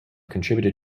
contributed